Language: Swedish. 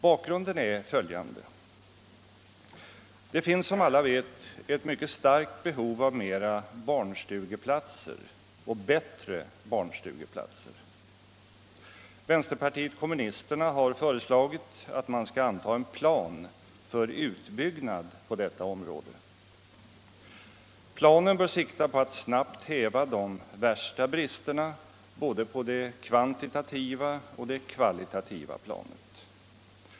Bakgrunden är följande: Det finns som alla vet ett mycket starkt behov av mera barnstugeplatser och bättre barnstugeplatser. Vänsterpartiet kommunisterna har föreslagit att man skall anta en plan för en utbyggnad på detta område. Planen bör sikta på att snabbt häva de värsta bristerna på både det kvantitativa och det kvalitativa planet.